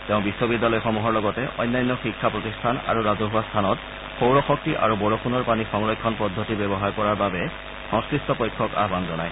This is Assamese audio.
তেওঁ বিশ্ববিদ্যালয়সমূহৰ লগতে অন্যান্য শিক্ষা প্ৰতিষ্ঠান আৰু ৰাজহুৱা স্থানত সৌৰশক্তি আৰু বৰষুণৰ পানী সংৰক্ষণ পদ্ধতি ব্যৱহাৰ কৰাৰ বাবে সংশ্লিষ্ট পক্ষক আহান জনায়